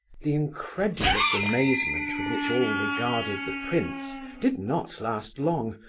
the incredulous amazement with which all regarded the prince did not last long,